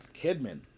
Kidman